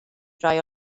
rai